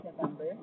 November